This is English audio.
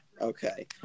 okay